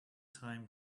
time